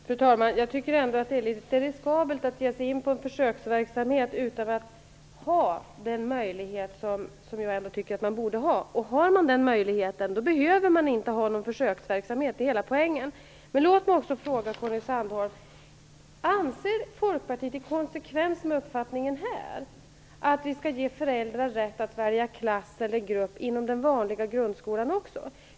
Fru talman! Jag tycker ändå att det är litet riskabelt att ge sig in på en försöksverksamhet utan att ha den möjlighet som jag tycker att man borde ha. Och om man har den möjligheten behöver man inte ha någon försöksverksamhet. Det är hela poängen. Låt mig också ställa en fråga till Conny Sandholm. Anser Folkpartiet i konsekvens med uppfattningen här att vi skall ge föräldrar rätt att välja klass eller grupp inom den vanliga grundskolan också?